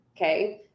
okay